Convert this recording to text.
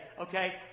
okay